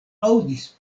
aŭdis